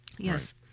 Yes